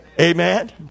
Amen